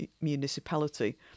municipality